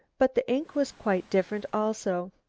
but the ink was quite different also.